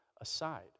aside